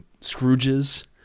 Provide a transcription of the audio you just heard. scrooges